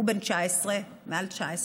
הוא בן 19, מעל 19,